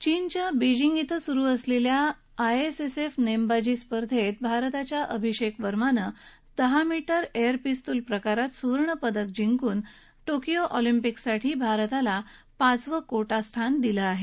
चीनच्या बिजिंग इथं सुरू असलेल्या आयएसएसएफ नेमबाजी स्पर्धेत भारताच्या आभिषेक वर्मानं दहा मीटर एअर पिस्टल प्रकारात सुवर्ण पदक जिंकून टोकियो ऑलिम्पिंक साठी भारताला पाचवं कोटा स्थान दिलं आहे